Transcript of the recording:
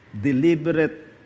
deliberate